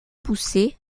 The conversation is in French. poussés